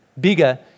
Bigger